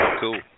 Cool